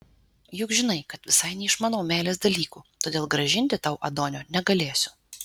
juk žinai kad visai neišmanau meilės dalykų todėl grąžinti tau adonio negalėsiu